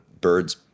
birds